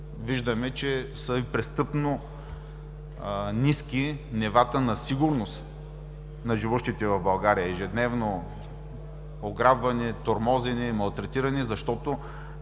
Виждаме, че са престъпно ниски нивата на сигурност на живеещите в България – ежедневно ограбване, тормозене, малтретиране, защото